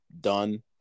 done